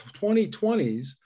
2020s